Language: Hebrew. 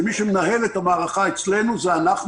שמי שמנהל את המערכה אצלנו זה אנחנו.